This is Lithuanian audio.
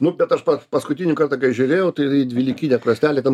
nu bet aš pats paskutinį kartą kai žiūrėjau tai dvylikinę krosnelę ten